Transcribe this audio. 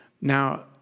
Now